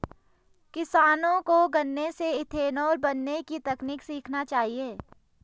किसानों को गन्ने से इथेनॉल बनने की तकनीक सीखना चाहिए